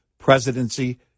presidency